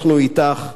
אנחנו אתך.